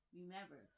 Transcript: remember